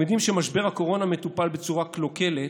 הם יודעים שמשבר הקורונה מטופל בצורה קלוקלת,